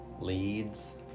Leads